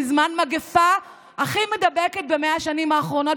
בזמן המגפה הכי מדבקת ב-100 השנים האחרונות,